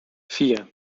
vier